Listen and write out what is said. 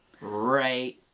right